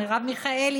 מרב מיכאלי,